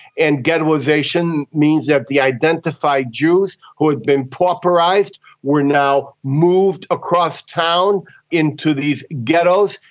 and ghettoisation means that the identified jews who had been pauperised were now moved across town into these ghettos,